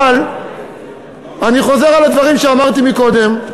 אבל אני חוזר על הדברים שאמרתי קודם: